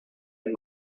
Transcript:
and